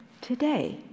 today